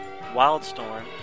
Wildstorm